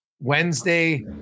Wednesday